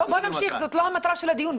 בואו נמשיך, זאת לא המטרה של הדיון.